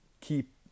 keep